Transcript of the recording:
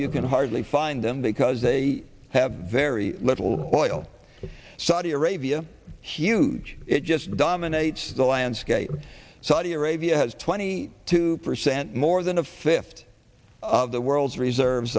you can hardly find them because they have very little oil saudi arabia huge it just dominates the landscape of saudi arabia has twenty two percent more than a fifth of the world's reserves